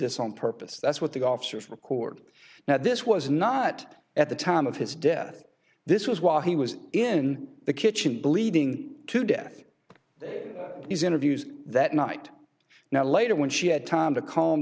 this on purpose that's what the officers record now this was not at the time of his death this was while he was in the kitchen bleeding to death these interviews that night now later when she had time to calm